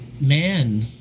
man